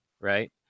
Right